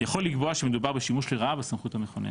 יכול לקבוע שמדובר בשימוש לרעה בסמכות המכוננת.